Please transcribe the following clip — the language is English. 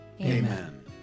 Amen